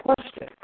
question